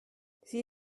sie